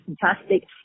fantastic